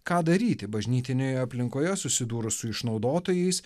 ką daryti bažnytinėje aplinkoje susidūrus su išnaudotojais